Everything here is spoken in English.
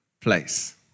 place